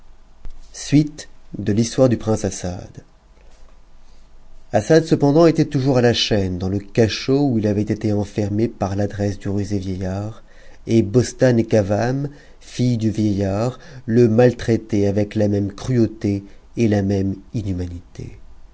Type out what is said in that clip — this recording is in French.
de l'histoire du prince assad assad cependant était toujours à la chaîne dans le cachot où ilavait été cntërmé par l'adresse du rusé vieillard et bostane et cavame filles du vieillard le maltraitaient avec la même cruauté et la même inhumanité